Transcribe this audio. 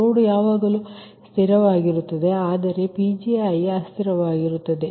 load ಯಾವಾಗಲೂ ಸ್ಥಿರವಾಗಿರುತ್ತದೆ ಆದರೆ Pgi ಅಸ್ಥಿರವಾಗಿರುತ್ತದೆ